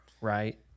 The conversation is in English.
right